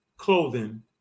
Clothing